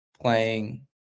playing